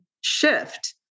shift